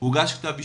הוגש כתב אישום,